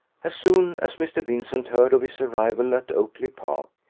as soon as mr. vincent heard of his arrival at oakly-park,